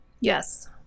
Yes